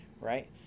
right